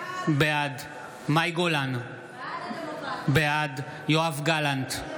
בעד מאי גולן, בעד בעד הדמוקרטיה.